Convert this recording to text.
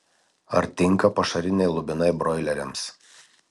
ar tinka pašariniai lubinai broileriams